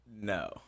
No